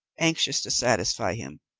anxious to satisfy him,